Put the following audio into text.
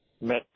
met